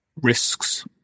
risks